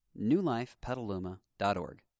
newlifepetaluma.org